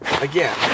again